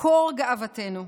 מקור גאוותנו,